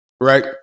Right